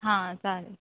हां चालेल